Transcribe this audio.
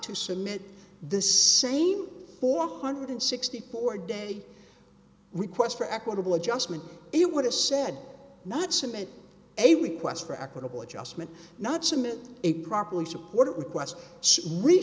to submit the same four hundred sixty four day requests for equitable adjustment it would have said not submit a request for equitable adjustment not submit a properly support request